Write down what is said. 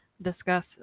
discuss